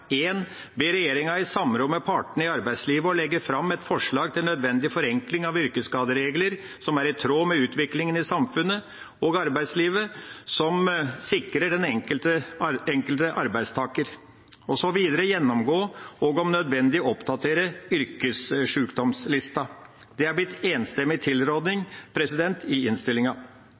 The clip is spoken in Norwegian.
regjeringa i samråd med partene i arbeidslivet om å legge fram et forslag til nødvendig forenkling av yrkesskaderegler som er i tråd med utviklingen i samfunnet og arbeidslivet, som sikrer den enkelte arbeidstaker. For det andre: gjennomgå og om nødvendig oppdatere yrkessjukdomslista. Det er en enstemmig tilråding i innstillinga.